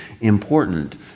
important